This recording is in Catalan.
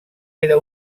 era